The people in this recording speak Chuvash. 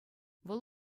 вӑл